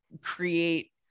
create